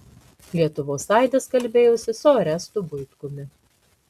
lietuvos aidas kalbėjosi su orestu buitkumi